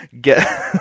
Get